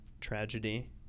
tragedy